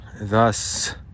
Thus